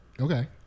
okay